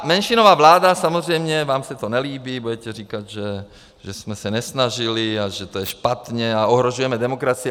Menšinová vláda samozřejmě vám se to nelíbí, budete říkat, že jsme se nesnažili a že to je špatně a ohrožujeme demokracii.